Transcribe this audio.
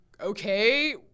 okay